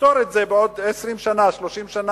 ונפתור את זה בעוד 20 שנה, 30 שנה.